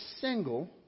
single